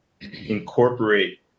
incorporate